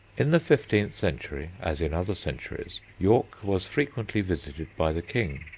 in the fifteenth century, as in other centuries, york was frequently visited by the king.